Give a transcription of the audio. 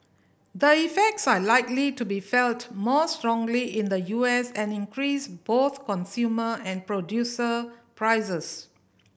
the effects are likely to be felt more strongly in the U S and increase both consumer and producer prices